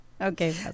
Okay